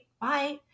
Bye